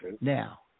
Now